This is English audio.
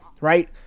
right